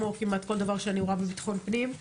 כמו כמעט כל דבר שאני רואה בביטחון פנים,